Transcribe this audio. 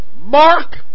Mark